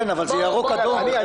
כן, אבל זה ירוק, אדום.